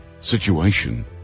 situation